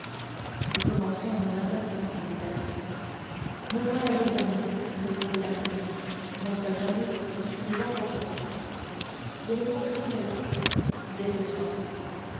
nous commencions à nous impatienter dit athos me voilà mes amis répondit d'artagnan non seulement libre mais en faveur vous nous conterez cela dès ce soir